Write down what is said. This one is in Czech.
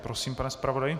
Prosím, pane zpravodaji.